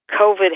COVID